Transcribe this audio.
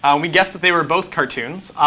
and we guessed that they were both cartoons.